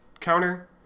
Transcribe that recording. counter